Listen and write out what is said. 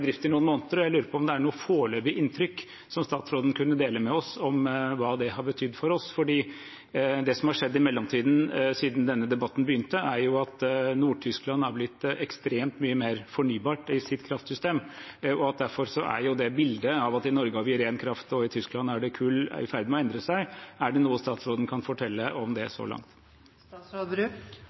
drift i noen måneder, og jeg lurer på om det er noe foreløpig inntrykk som statsråden kunne dele med oss, om hva det har betydd for oss. For det som har skjedd i mellomtiden siden denne debatten begynte, er jo at Nord-Tyskland er blitt ekstremt mye mer fornybart i sitt kraftsystem, og derfor er det bildet av at i Norge har vi ren kraft og i Tyskland er det kull, i ferd med å endre seg. Er det noe statsråden kan fortelle om det så